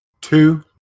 Two